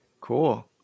Cool